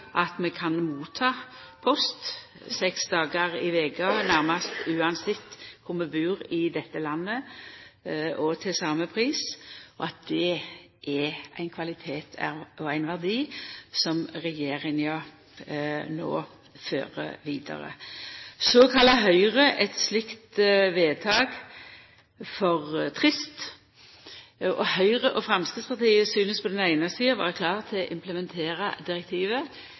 at vi kan ta imot post seks dagar i veka, nærmast uansett kvar vi bur i dette landet, og til same pris. Det er ein kvalitet og ein verdi som regjeringa no fører vidare. Så kallar Høgre eit slikt vedtak for «trist». Høgre og Framstegspartiet synest på den eine sida å vera klare til å implementera direktivet,